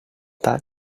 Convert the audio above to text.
that